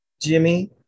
jimmy